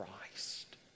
Christ